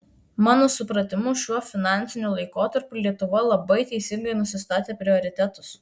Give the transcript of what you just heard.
mano supratimu šiuo finansiniu laikotarpiu lietuva labai teisingai nusistatė prioritetus